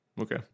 Okay